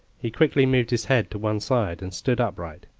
he quickly moved his head to one side and stood upright.